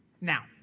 Now